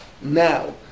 Now